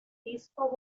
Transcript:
disco